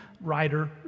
writer